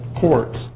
Courts